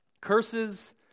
Curses